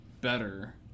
better